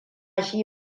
shi